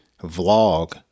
vlog